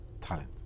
talent